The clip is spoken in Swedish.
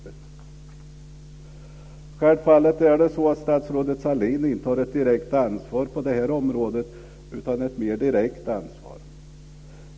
Det är självfallet så att statsrådet Sahlin inte har ett direkt ansvar på det här området utan ett mer indirekt ansvar.